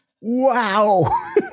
Wow